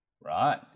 Right